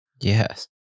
Yes